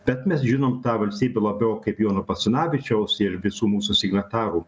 bet mes žinom tą valstybę labiau kaip jono basanavičiaus ir visų mūsų signatarų